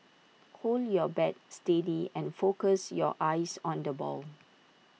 hold your bat steady and focus your eyes on the ball